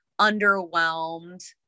underwhelmed